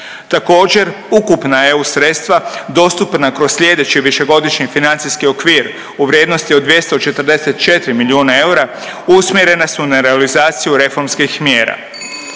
Također ukupna EU sredstva dostupna kroz slijedeći višegodišnji financijski okvir u vrijednosti od 244 milijuna eura usmjerena su na realizaciju reformskih mjera.